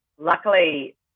luckily